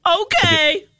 Okay